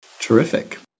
Terrific